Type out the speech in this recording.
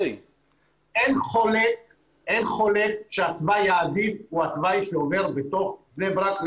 אין חולק שהתוואי העדיף הוא התוואי שעובר בתוך בני ברק.